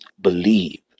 Believe